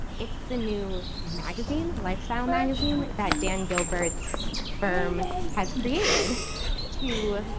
it's the new magazine, lifestyle magazine that dan gilbert's firm has created to